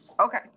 Okay